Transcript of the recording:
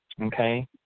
Okay